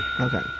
Okay